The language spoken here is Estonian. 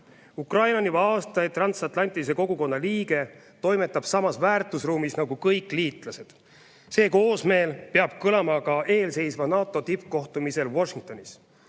Ukraina on juba aastaid transatlantilise kogukonna liige, toimetab samas väärtusruumis nagu kõik liitlased. See koosmeel peab kõlama ka eelseisval NATO tippkohtumisel Washingtonis.